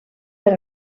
per